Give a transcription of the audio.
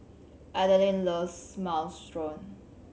Adaline loves Minestrone